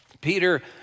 Peter